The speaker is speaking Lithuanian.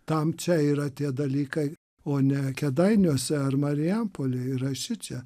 tam čia yra tie dalykai o ne kėdainiuose ar marijampolėj yra šičia